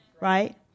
right